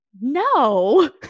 no